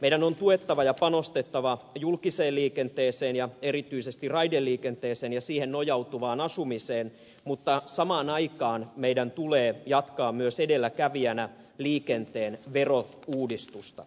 meidän on tuettava ja panostettava julkiseen liikenteeseen ja erityisesti raideliikenteeseen ja siihen nojautuvaan asumiseen mutta samaan aikaan meidän tulee jatkaa myös edelläkävijänä liikenteen verouudistusta